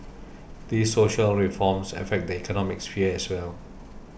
these social reforms affect the economic sphere as well